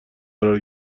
قرار